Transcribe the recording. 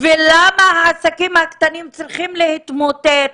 ולמה העסקים הקטנים צריכים להתמוטט?